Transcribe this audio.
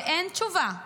ואין תשובה.